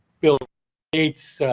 bill gates,